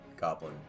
goblin